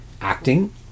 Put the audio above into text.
acting